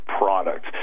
product